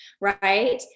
right